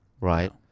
Right